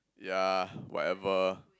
ya whatever